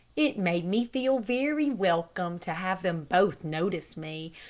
it made me feel very welcome to have them both notice me,